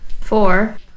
four